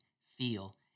feel